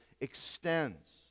extends